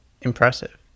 impressive